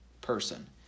person